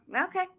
okay